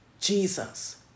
Jesus